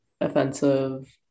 offensive